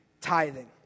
tithing